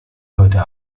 heute